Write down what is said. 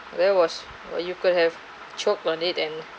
there was or you could have choke on it and